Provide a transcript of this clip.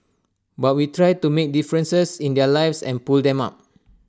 but we try to make difference in their lives and pull them up